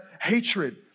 hatred